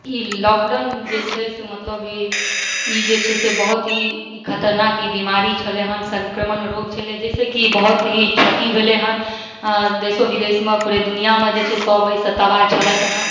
ई lockdown जे छै से मतलब ई जे छै से बहुत ही ई खतरनाक ई बीमारी छलै हन सङ्क्रमण रोग छलै जैसे की बहुत ही क्षति भेलै हन देशो विदेशमे पूरे दुनिआमे जे छै सब अइसँ तबाह छलथि हन